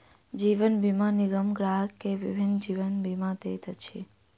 जीवन बीमा निगम ग्राहक के विभिन्न जीवन बीमा दैत अछि